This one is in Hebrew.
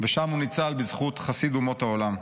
ושם ניצל בזכות חסיד אומות העולם.